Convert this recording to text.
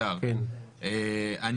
בבקשה.